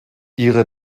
ihre